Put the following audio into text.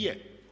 Je.